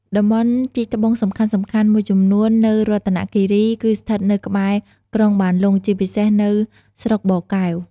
តំបន់ជីកត្បូងសំខាន់ៗមួយចំនួននៅរតនគិរី គឺស្ថិតនៅក្បែរ ក្រុងបានលុង ជាពិសេសនៅ ស្រុកបកែវ។